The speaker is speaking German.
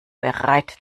bereit